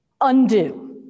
Undo